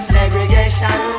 Segregation